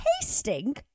tasting